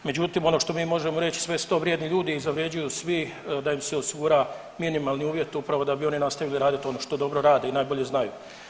Međutim, ono što mi možemo reći sve su to vrijedni ljudi i zavređuju svi da im se osigura minimalni uvjet upravo da bi oni nastavili raditi ono što dobro rade i najbolje znaju.